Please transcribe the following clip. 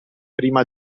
prima